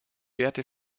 werte